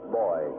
boy